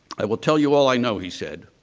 i will tell you all i know, he said,